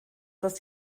das